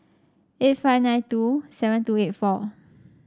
eight five nine two seven two eight four